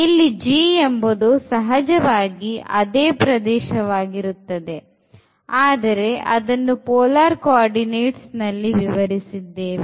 ಇಲ್ಲಿ G ಎಂಬುದು ಸಹಜವಾಗಿ ಅದೇ ಪ್ರದೇಶವಾಗಿರುತ್ತದೆ ಆದರೆ ಅದನ್ನು polar coordinates ನಲ್ಲಿ ವಿವರಿಸಿದ್ದೇವೆ